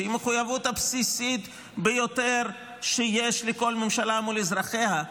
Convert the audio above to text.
שהוא המחויבות הבסיסית ביותר שיש לכל ממשלה מול אזרחיה,